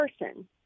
person